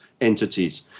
entities